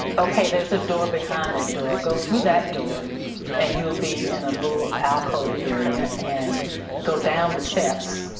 okay, there's a door behind that door. go through that door and you'll be in a little alcove area and go down the steps,